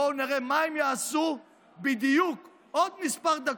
בואו נראה מה הם יעשו בדיוק עוד כמה דקות,